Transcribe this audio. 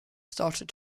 started